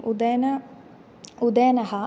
उदयनः उदयनः